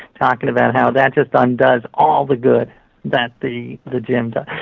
talking about how that just undoes all the good that the the gym does.